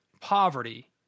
poverty